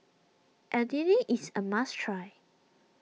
Idili is a must try